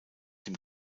dem